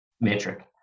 Metric